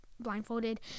blindfolded